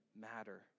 matter